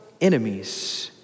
enemies